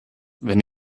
wenn